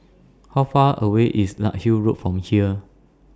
How Far away IS Larkhill Road from here